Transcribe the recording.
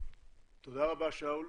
תודה רבה, שאול.